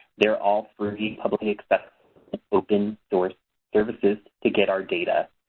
they're all free, publicly accessible and open source services to get our data.